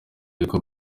yuko